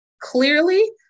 clearly